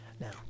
Now